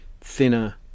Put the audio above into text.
thinner